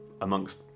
amongst